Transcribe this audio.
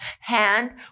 hand